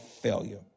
failure